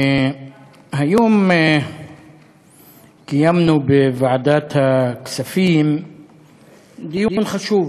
היום קיימנו בוועדת הכספים דיון חשוב,